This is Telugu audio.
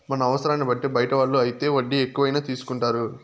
మన అవసరాన్ని బట్టి బయట వాళ్ళు అయితే వడ్డీ ఎక్కువైనా తీసుకుంటారు